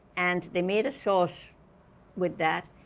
and they made a sauce with that.